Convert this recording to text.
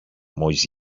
μόλις